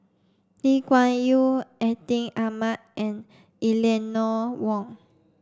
Lee Kuan Yew Atin Amat and Eleanor Wong